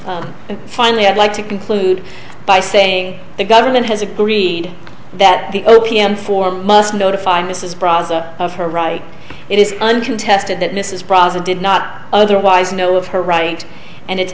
and finally i'd like to conclude by saying the government has agreed that the o p m for must notify mrs browser of her right it is uncontested that mrs bronson did not otherwise know of her right and it's